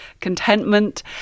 contentment